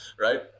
right